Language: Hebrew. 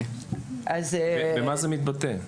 במה זה מתבטא?